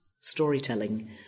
Storytelling